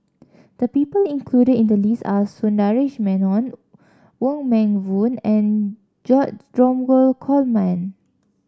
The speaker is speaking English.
the people included in the list are Sundaresh Menon Wong Meng Voon and George Dromgold Coleman